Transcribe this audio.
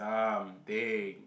something